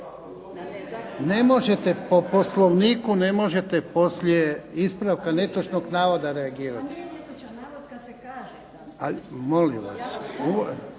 Ne možete po Poslovniku, ne možete poslije ispravka netočnog navoda reagirati. .../Šima Krasić: Ali nije netočan navod kad se kaže da